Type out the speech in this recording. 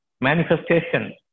manifestation